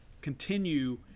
continue